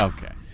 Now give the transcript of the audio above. Okay